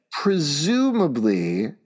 Presumably